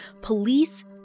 police